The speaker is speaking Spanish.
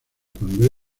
cuando